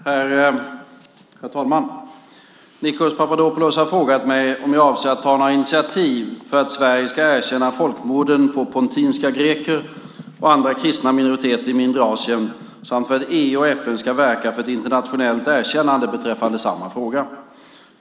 Herr talman! Nikos Papadopoulos har frågat mig om jag avser att ta några initiativ för att Sverige ska erkänna folkmorden på pontiska greker och andra kristna minoriteter i Mindre Asien samt för att EU och FN ska verka för ett internationellt erkännande beträffande samma fråga.